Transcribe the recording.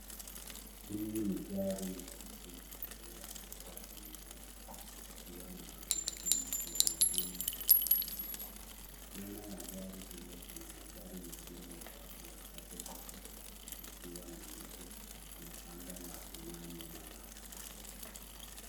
Hii ni gari nyeusi iliyo egeshwa kwenye nyasi ikiwa na magurudumu yenye rimu zinazongaa nyuma ya gari hilo kuna magari mengine na watu wachache huku kukiwa na miti na anga la kungaa nyuma yao.